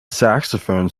saxophone